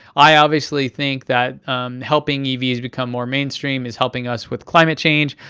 i obviously think that helping evs become more mainstream is helping us with climate change,